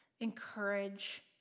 encourage